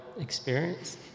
experience